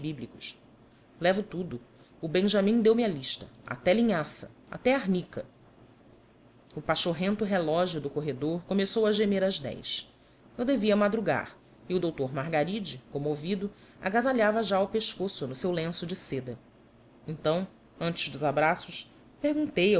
bíblicos levo tudo o benjamim deu-me a lista até linhaça até arnica o pachorrento relógio do corredor começou a gemer as dez eu devia madrugar e o doutor margaride comovido agasalhava já o pescoço no seu lenço de seda então antes dos abraços perguntei